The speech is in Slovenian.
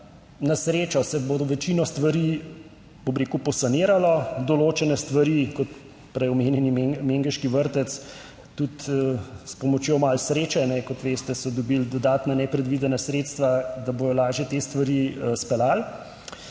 na srečo se bo večino stvari, bom rekel, posaniralo, določene stvari, kot prej omenjeni Mengeški vrtec, tudi s pomočjo malo sreče kot veste, so dobili dodatna nepredvidena sredstva, da bodo lažje te stvari speljali.